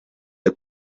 der